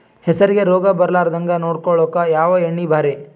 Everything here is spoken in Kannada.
ಹೆಸರಿಗಿ ರೋಗ ಬರಲಾರದಂಗ ನೊಡಕೊಳುಕ ಯಾವ ಎಣ್ಣಿ ಭಾರಿ?